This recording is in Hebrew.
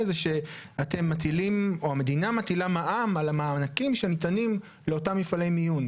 כי בסוף אנחנו מדברים על מעגלים סגורים.